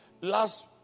last